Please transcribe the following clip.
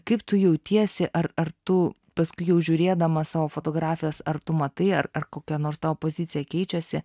kaip tu jautiesi ar ar tu paskui jau žiūrėdamas savo fotografijas ar tu matai ar kokia nors tavo pozicija keičiasi